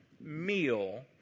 meal